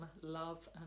love